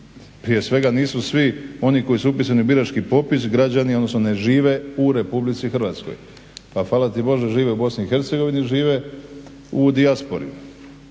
Prije svega nisu svi oni koji su upisani u birački popis građani odnosno ne žive u RH. pa fala ti bože žive u BiH žive u dijaspori